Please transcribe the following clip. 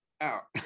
out